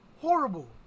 horrible